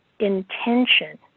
intention